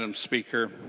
um speaker.